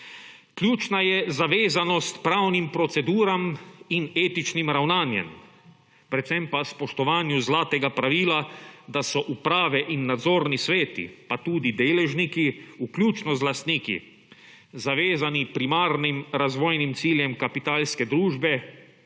Ključna je zavezanost pravnim proceduram in etičnim ravnanjem, predvsem pa spoštovanju zlatega pravila, da so uprave in nadzorni sveti, pa tudi deležniki, vključno z lastniki, zavezani primarnim razvojnim ciljem kapitalske družbe,